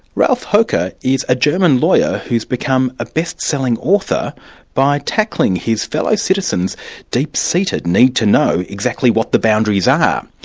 ralf hoecker is a german lawyer who's become a best-selling author by tackling his fellow citizens' deep-seated need to know exactly what the boundaries are.